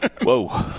whoa